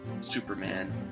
Superman